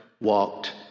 walked